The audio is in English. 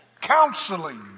Counseling